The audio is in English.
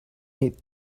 need